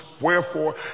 Wherefore